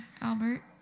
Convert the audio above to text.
albert